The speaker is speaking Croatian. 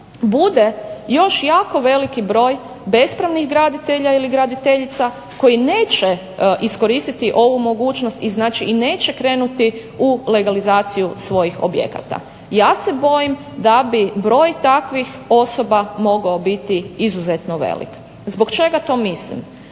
bude još jako veliki broj bespravnih graditelja ili graditeljica koji neće iskoristiti ovu mogućnost i znači neće krenuti u legalizaciju svojih objekata. Ja se bojim da bi broj takvih osoba mogao biti izuzetno velik. Zbog čega to mislim?